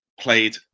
played